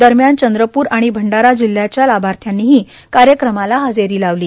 दरम्यान चंद्रपूर आणि भंडारा जिल्ह्याच्या लाभार्थ्यांनी कार्यक्रमाला हजेरी लावली